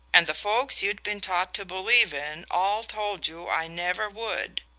and the folks you'd been taught to believe in all told you i never would.